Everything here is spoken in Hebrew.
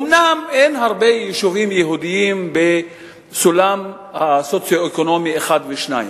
אומנם אין הרבה יישובים יהודיים בסולם סוציו-אקונומי 1 ו-2,